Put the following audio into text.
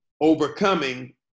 overcoming